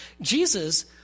Jesus